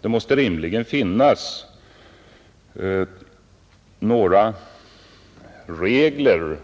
Det måste rimligen finnas några regler